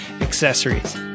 accessories